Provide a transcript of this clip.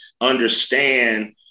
understand